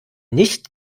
nicht